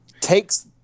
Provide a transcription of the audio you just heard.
takes